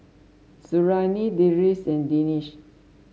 Suriani Deris and Danish